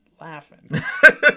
Laughing